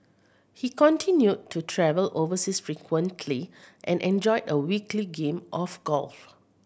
he continued to travel overseas frequently and enjoyed a weekly game of golf